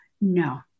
No